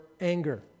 anger